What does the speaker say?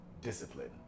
discipline